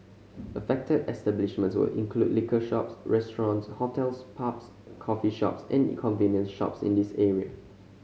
affected establishments will include liquor shops restaurants hotels pubs coffee shops and in convenience shops in these area